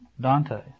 Dante